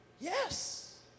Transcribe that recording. yes